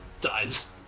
Dies